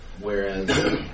Whereas